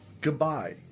Goodbye